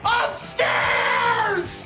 upstairs